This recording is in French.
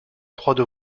croient